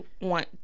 want